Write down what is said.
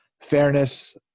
fairness